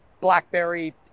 Blackberry